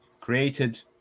created